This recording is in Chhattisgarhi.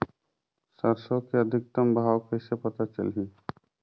सरसो के अधिकतम भाव कइसे पता चलही?